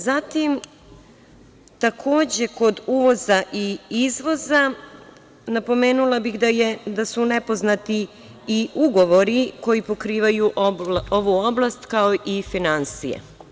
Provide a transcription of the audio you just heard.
Zatim, takođe kod uvoza i izvoza, napomenula bih da su nepoznati i ugovori koji pokrivaju ovu oblast, kao i finansije.